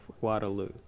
Waterloo